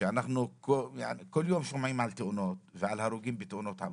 שאנחנו כל יום שומעים על תאונות ועל הרוגים בתאונות עבודה.